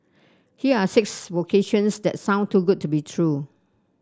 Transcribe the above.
here are six vocations that sound too good to be true